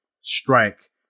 strike